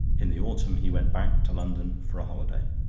in the autumn he went back to london for a holiday.